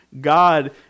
God